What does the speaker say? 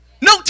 No